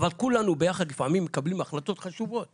אבל כולנו ביחד לפעמים מקבלים החלטות חשובות